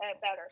better